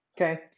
Okay